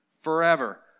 forever